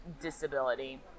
disability